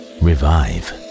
revive